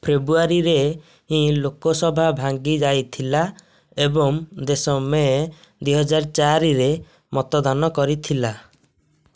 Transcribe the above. ଫେବୃଆରୀରେ ହିଁ ଲୋକସଭା ଭାଙ୍ଗି ଯାଇଥିଲା ଏବଂ ଦେଶ ମେ ଦୁଇ ହଜାର ଚାରିରେ ମତଦାନ କରିଥିଲା